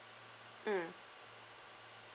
mm